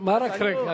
מה "רק רגע"?